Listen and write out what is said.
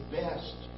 best